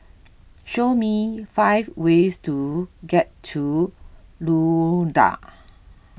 show me five ways to get to Luanda